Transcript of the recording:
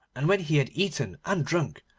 and when he had eaten and drunk,